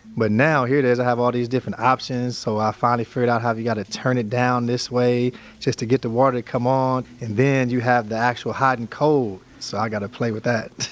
but now, here it is. i have all these different options, so i finally figured out how you got to turn it down this way just to get the water to come on and then you have the actual hot and cold. so, i got to play with that.